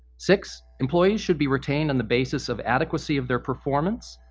six, employees should be retained on the basis of adequacy of their performance,